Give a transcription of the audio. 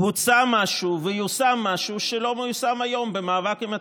הוצע משהו ויושם משהו שלא מיושם היום במאבק עם הטרור.